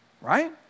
right